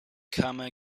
karma